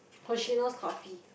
Hoshino-Coffee